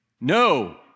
No